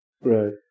right